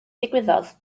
ddigwyddodd